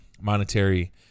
monetary